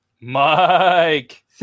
Mike